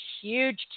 huge